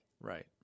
Right